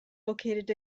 located